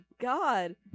god